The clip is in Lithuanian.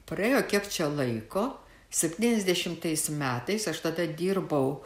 praėjo kiek čia laiko septyniasdešimtais metais aš tada dirbau